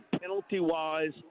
penalty-wise